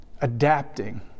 adapting